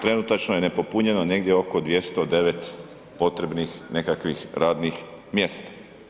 Trenutačno je nepopunjeno negdje oko 209 potrebnih nekakvih radnih mjesta.